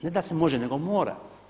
Ne da se može, nego mora.